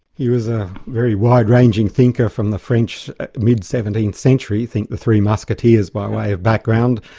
he was a very wide-ranging thinker from the french mid seventeenth century, think the three musketeers by way of background.